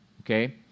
okay